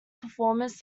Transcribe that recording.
performers